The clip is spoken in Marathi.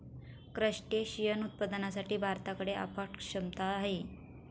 क्रस्टेशियन उत्पादनासाठी भारताकडे अफाट क्षमता आहे